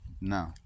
No